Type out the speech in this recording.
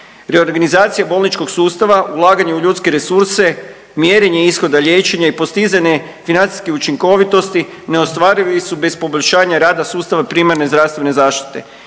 Reorganizacija bolničkog sustava, ulaganje u ljudske resurse, mjerenje ishoda liječenja i postizanje financijske učinkovitosti neostvarivi su bez poboljšanja rada sustava primarne zdravstvene zaštite.